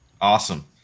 Awesome